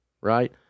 right